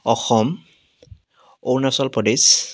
Assam Arunachal Pradesh